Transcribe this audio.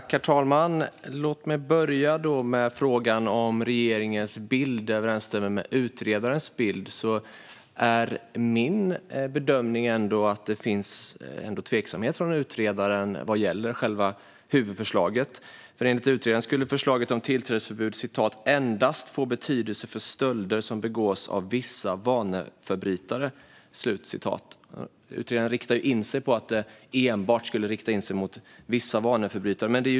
Herr talman! Låt mig börja med frågan om regeringens bild överensstämmer med utredarens bild. Min bedömning är ändå att det finns tveksamheter från utredaren vad gäller själva huvudförslaget. Enligt utredaren skulle förslaget om tillträdesförbud "endast få betydelse för stölder som begås av vissa vaneförbrytare". Utredaren menar att det enbart skulle rikta in sig mot vissa vaneförbrytare.